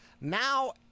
Now